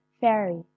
fairy